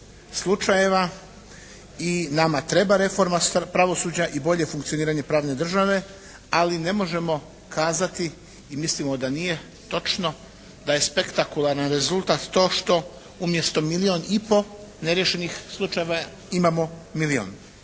slučajeva i nama treba reforma pravosuđa i bolje funkcioniranje pravne države, ali ne možemo kazati i mislimo da nije točno da je spektakularan rezultat to što umjesto milijun i pol neriješenih slučajeva imamo milijun.